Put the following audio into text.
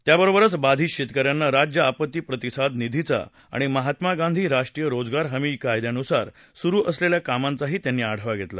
त्या बरोबरच बाधित शेतकऱ्यांना राज्य आपत्ती प्रतिसाद निधीचा आणि महात्मा गांधी राष्ट्रीय रोजगार हमी कायद्यानुसार सुरु असलेल्या कामांचाही त्यांनी आढावा घेतला